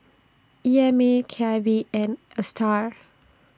E M A K I V and A STAR